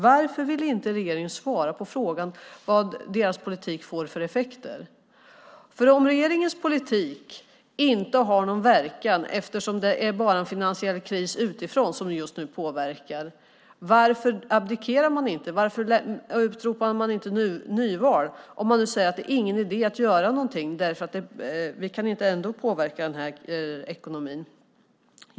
Varför vill inte regeringen svara på frågan vad deras politik får för effekter? Om regeringens politik inte har någon verkan eftersom det bara är en finansiell kris som kommer utifrån som påverkar just nu, varför abdikerar man inte? Varför utropar man inte nyval om det inte är någon idé att göra någonting eftersom det inte går att påverka ekonomin?